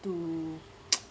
to